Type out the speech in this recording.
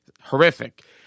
Horrific